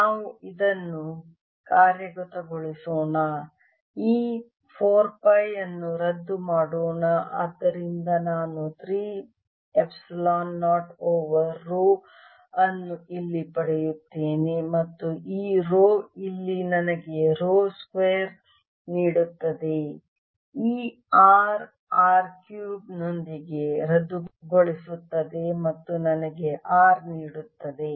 ನಾವು ಇದನ್ನು ಕಾರ್ಯಗತಗೊಳಿಸೋಣ ಈ 4 ಪೈ ಅನ್ನು ರದ್ದು ಮಾಡೋಣ ಆದ್ದರಿಂದ ನಾನು 3 ಎಪ್ಸಿಲಾನ್ 0 ಓವರ್ ರೋ ಅನ್ನು ಇಲ್ಲಿ ಪಡೆಯುತ್ತೇನೆ ಮತ್ತು ಈ ರೋ ಇಲ್ಲಿ ನನಗೆ ರೋ ಸ್ಕ್ವೇರ್ ನೀಡುತ್ತದೆ ಈ r r ಕ್ಯೂಬ್ ನೊಂದಿಗೆ ರದ್ದುಗೊಳಿಸುತ್ತದೆ ಮತ್ತು ನನಗೆ r ನೀಡುತ್ತದೆ